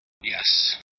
Yes